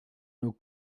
nos